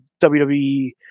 WWE